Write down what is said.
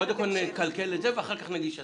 קודם כל נקלקל את זה ואחר כך נגיש השגה.